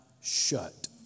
shut